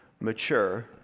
mature